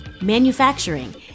manufacturing